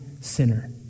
sinner